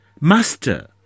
Master